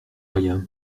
rien